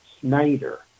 Snyder